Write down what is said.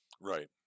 right